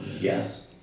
Yes